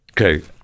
okay